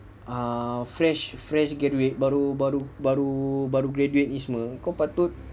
a fresh fresh graduate baru baru baru baru graduate ini semua kau patut